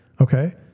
okay